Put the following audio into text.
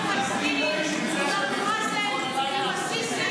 הסתייגות 793 לא נתקבלה.